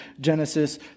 Genesis